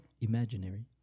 imaginary